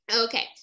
okay